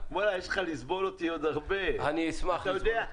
יש לך עוד הרבה זמן לסבול אותי.